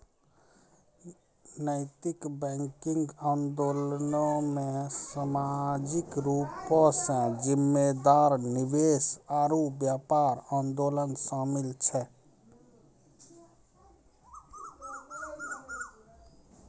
नैतिक बैंकिंग आंदोलनो मे समाजिक रूपो से जिम्मेदार निवेश आरु व्यापार आंदोलन शामिल छै